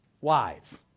wives